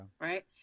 Right